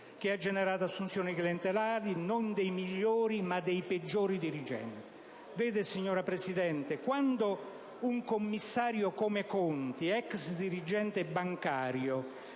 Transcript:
che ha generato assunzioni clientelari non dei migliori, ma dei peggiori dirigenti. Vede, signora Presidente, quando un commissario come Conti, ex dirigente bancario,